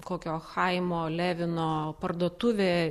kokio chaimo levino parduotuvė